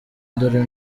dore